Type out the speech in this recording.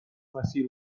مسیر